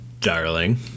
darling